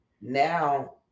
now